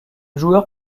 joueur